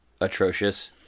atrocious